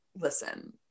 listen